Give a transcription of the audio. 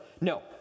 No